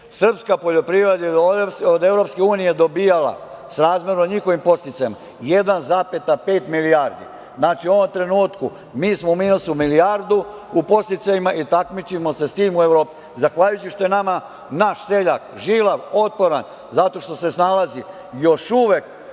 srpska poljoprivreda je od Evropske unije bi dobijala, srazmerno njihovim podsticajem, 1,5 milijardi. Znači, u ovom trenutku, mi smo u minusu milijardu u podsticajima i takmičimo se sa tim u Evropi. Zahvaljujući tome što je naš seljak žilav, otporan, zato što se snalazi, još uvek